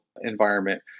environment